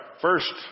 first